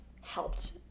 helped